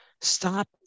Stop